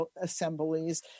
assemblies